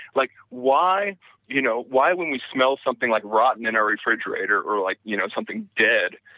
like why you know why would we smell something like rotten in our refrigerator or like you know something dead,